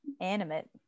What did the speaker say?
animate